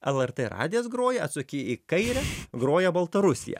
lrt radijas groja atsuki į kairę groja baltarusija